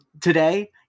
today